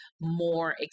more